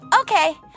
Okay